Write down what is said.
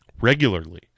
regularly